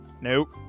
Nope